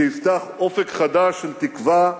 שיפתח אופק חדש של תקווה,